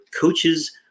coaches